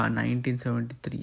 1973